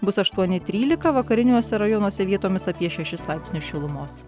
bus aštuoni trylika vakariniuose rajonuose vietomis apie šešis laipsnius šilumos